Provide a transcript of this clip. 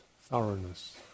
thoroughness